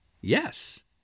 Yes